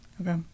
Okay